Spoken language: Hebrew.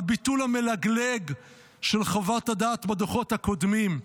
הביטול המלגלג של חוות הדעת בדוחות הקודמים,